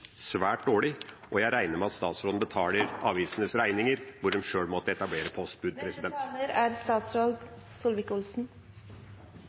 svært dårlig, og jeg regner med at statsråden betaler avisenes regninger der de måtte etablere